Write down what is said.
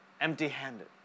empty-handed